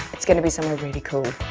it's gonna be somewhere really cool.